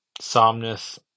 Somnus